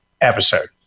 episode